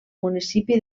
municipi